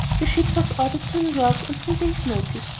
the ship was ordered to new york on three days' notice,